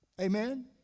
Amen